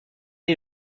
est